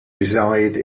reside